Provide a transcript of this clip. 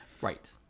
right